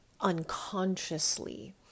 unconsciously